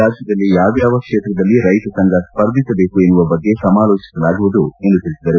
ರಾಜ್ಯದಲ್ಲಿ ಯಾವ್ಯಾವ ಕ್ಷೇತ್ರದಲ್ಲಿ ರೈತ ಸಂಘ ಸ್ಪರ್ಧಿಸಬೇಕು ಎನ್ನುವ ಬಗ್ಗೆ ಸಮಾಲೋಚಿಸಲಾಗುವುದು ಎಂದು ತಿಳಿಸಿದರು